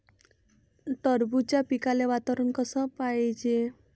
टरबूजाच्या पिकाले वातावरन कस पायजे?